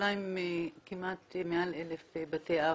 בירושלים אנחנו מעל 1,000 בתי אב,